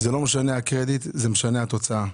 לא משנה הקרדיט משנה התוצאה.